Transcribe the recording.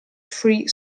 free